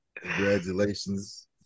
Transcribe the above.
Congratulations